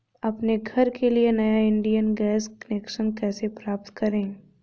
अपने घर के लिए नया इंडियन गैस कनेक्शन कैसे प्राप्त करें?